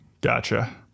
Gotcha